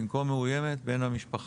במקום 'המאוימת', 'בן המשפחה'.